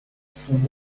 fonde